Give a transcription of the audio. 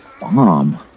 bomb